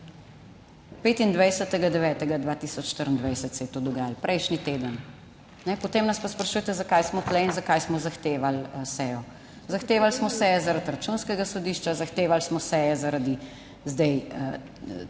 25. 9. 2024 se je to dogajalo, prejšnji teden. Potem nas pa sprašujete, zakaj smo tu in zakaj smo zahtevali sejo? Zahtevali smo seje, zaradi Računskega sodišča, zahtevali smo seje zaradi zdaj